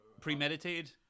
Premeditated